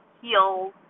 heal